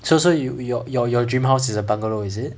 so so your your your dream house is a bungalow is it